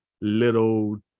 little